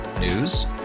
News